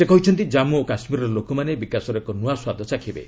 ସେ କହିଛନ୍ତି ଜନ୍ମୁ ଓ କାଶ୍କୀରର ଲୋକମାନେ ବିକାଶର ଏକ ନୂଆ ସ୍ୱାଦ ଚାଖିବେ